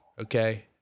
okay